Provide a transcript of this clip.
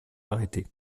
arrêté